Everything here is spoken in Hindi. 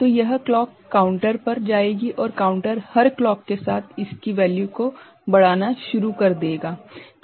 तो यह क्लॉक काउंटर पर जाएगी और काउंटर हर क्लॉक के साथ इसकी वैल्यू को बढ़ाना शुरू कर देगा